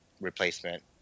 replacement